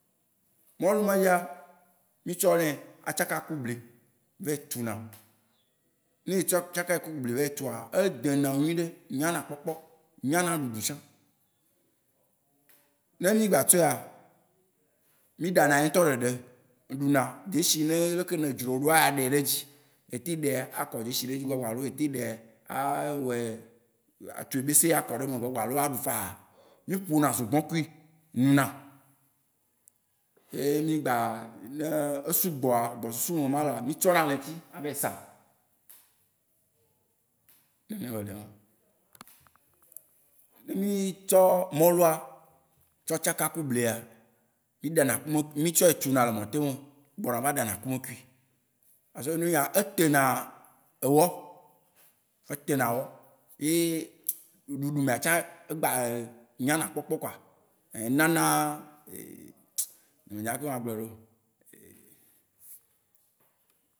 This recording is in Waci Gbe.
Mɔlu ma fia, mi tsɔ nɛ atsaka kou bli vayi tou na. Ne etsɔ- tskakae kou bli vayi toua, edẽ na nyui ɖe, nya na kpɔkpɔ, nya na ɖuɖu tsã. Ne mí gba tsɔea mí ɖa na ye ŋutɔ ɖeɖe ɖu na. Deshi yine ɖeke ne edzro wò ɖoa, aɖae ɖe edzi. Ete ɖae, akɔ deshi ɖe edzi gbagbalo, ete ɖae a wɔɛ- atu yebese akɔ ɖe eme gbagbalo aɖu fã. Mí ƒo na zogbɔn kui nuna. Eye mí gba- ne esu gbɔa, gbɔ susu normal aa, mí tsɔ na le eŋutsi avayi sa. ne mí tsɔ mɔlua tsɔ tsaka ku blia, mí ɖa na akume mí tsɔ yi tsu na le mɔte me, gbɔ na va ɖa na akume kui. Parceke enu enyia, ete na ewɔ. Ete na ewɔ ye ɖuɖu mea tsã, egba nya na kpɔkpɔ koa. Enana, nye me nya leke ma agblɔe ɖo.